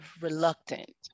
reluctant